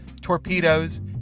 torpedoes